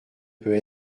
peut